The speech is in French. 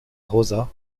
rosa